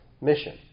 mission